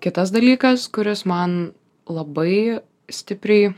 kitas dalykas kuris man labai stipriai